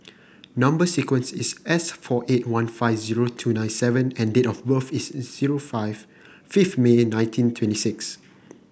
number sequence is S four eight one five zero two nine seven and date of birth is zero five fifth May nineteen twenty six